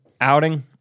outing